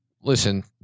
listen